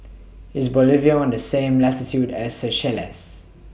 IS Bolivia on The same latitude as Seychelles